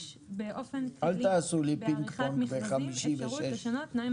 יש באופן כללי בעריכת מכרזים אפשרות לשנות תנאים